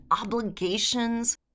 obligations